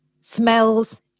Smells